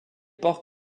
ports